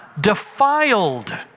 defiled